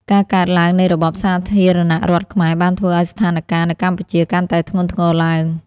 ការកើតឡើងនៃរបបសាធារណរដ្ឋខ្មែរបានធ្វើឱ្យស្ថានការណ៍នៅកម្ពុជាកាន់តែធ្ងន់ធ្ងរឡើង។